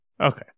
Okay